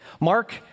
Mark